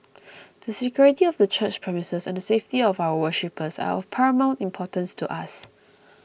the security of the church premises and the safety of our worshippers are of paramount importance to us